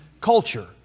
culture